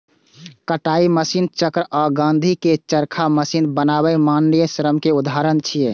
कताइ मशीनक चक्र आ गांधीजी के चरखा मशीन बनाम मानवीय श्रम के उदाहरण छियै